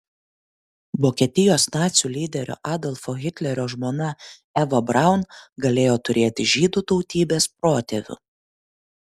vokietijos nacių lyderio adolfo hitlerio žmona eva braun galėjo turėti žydų tautybės protėvių